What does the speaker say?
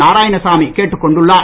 நாராயணசாமி கேட்டுக் கொண்டுள்ளார்